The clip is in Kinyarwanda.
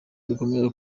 dukomeje